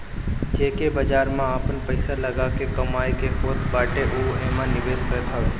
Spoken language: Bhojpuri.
जेके बाजार में आपन पईसा लगा के कमाए के होत बाटे उ एमे निवेश करत हवे